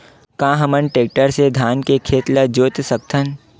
का हमन टेक्टर से धान के खेत ल जोत सकथन?